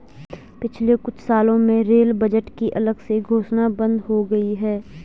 पिछले कुछ सालों में रेल बजट की अलग से घोषणा बंद हो गई है